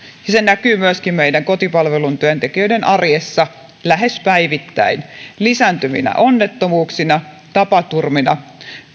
ja se näkyy myöskin kotipalvelun työntekijöiden arjessa lähes päivittäin lisääntyvinä onnettomuuksina tapaturmina